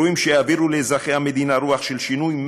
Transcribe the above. שיעבירו לאזרחי המדינה רוח של שינוי,